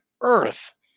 earth